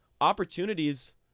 opportunities